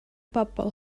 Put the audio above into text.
bobl